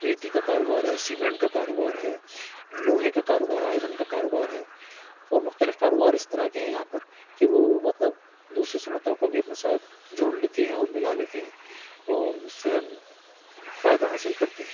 ریتی کا کاروبار ہے سیمنٹ کا کاروبار ہے لوہے کا کاروبار آئرن کا کاروبار ہے اور مختلف کاروبار اس طرح کے ہیں یہاں پر کہ وہ مطلب دوسری صنعتوں کو بھی اپنے ساتھ جوڑ لیتے ہیں اور ملا لیتے ہیں اور اس سے ہم فائدہ حاصل کرتے ہیں